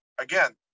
again